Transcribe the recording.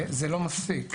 זה לא מפסיק,